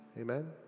Amen